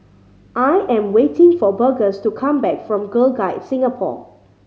I am waiting for Burgess to come back from Girl Guides Singapore